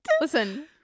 Listen